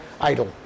idol